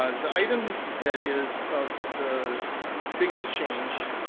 ah the item that is of the biggest change.